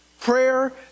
Prayer